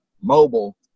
mobile